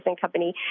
company